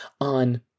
on